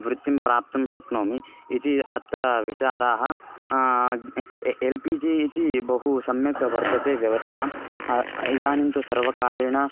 वृत्तिं प्राप्तुं शक्नोमि इति अत्र विचाराः एल् पी जि इति बहु सम्यक् वर्तते व्यवस्था इदानीं तु सर्वकारेण